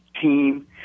team